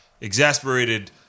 Exasperated